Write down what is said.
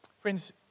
Friends